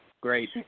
great